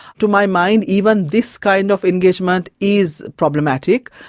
to my mind, even this kind of engagement is problematic.